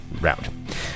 round